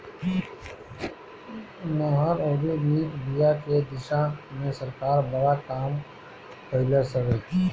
नहर अउरी निक बिया के दिशा में सरकार बड़ा काम कइलस हवे